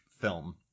film